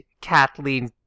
Kathleen